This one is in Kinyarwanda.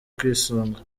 kwisunga